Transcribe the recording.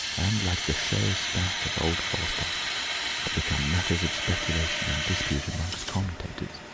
and like the sherris sack of old falstaff, are become matters of speculation and dispute among commentators.